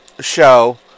show